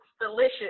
delicious